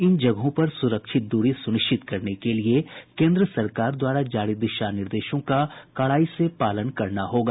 इन जगहों पर सुरक्षित दूरी सुनिश्चित करने के लिए केन्द्र सरकार द्वारा जारी दिशा निर्देशों का कड़ाई से पालन करना होगा